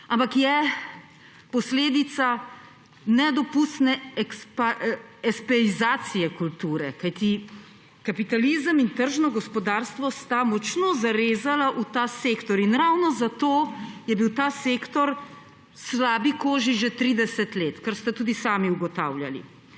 ampak je posledica nedopustne espejizacije kulture, kajti kapitalizem in tržno gospodarstvo sta močno zarezala v ta sektor. Ravno zato je bil ta sektor v slabi koži že 30 let, kar ste tudi sami ugotavljali.